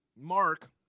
Mark